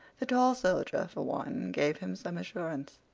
the tall soldier, for one, gave him some assurance.